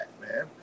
man